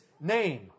name